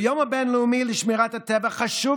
ביום הבין-לאומי לשמירת הטבע חשוב